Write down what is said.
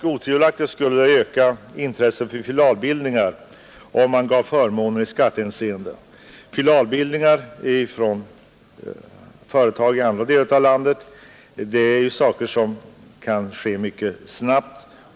Otvivelaktigt skulle intresset för filialbildningar ökas om man gav förmåner i skattehänseende. Filialbildning av företag i andra delar av landet kan ju ske mycket snabbt.